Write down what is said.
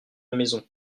maison